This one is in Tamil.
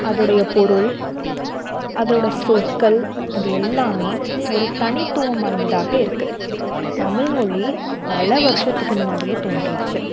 அதுடைய பொருள் அதோட சொற்கள் அது எல்லாமே ஒரு தனித்துவம் வாய்ந்ததாக இருக்குது தமிழ் மொழி பல வருஷத்துக்கு முன்னாடியே தோன்றிடுச்சு